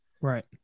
right